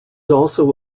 also